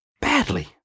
badly